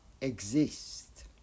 exist